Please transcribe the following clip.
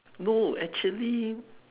no actually